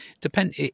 depend